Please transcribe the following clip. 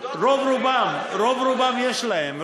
רוב-רובם יש להם.